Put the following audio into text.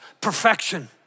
perfection